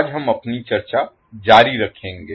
आज हम अपनी चर्चा जारी रखेंगे